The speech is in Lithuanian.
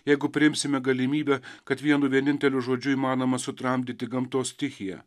jeigu priimsime galimybę kad vienu vieninteliu žodžiu įmanoma sutramdyti gamtos stichiją